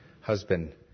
husband